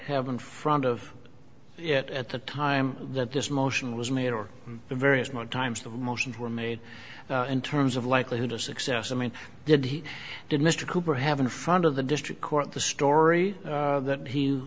have in front of it at the time that this motion was made or the various more times the motions were made in terms of likelihood of success i mean did he did mr cooper have in front of the district court the story that he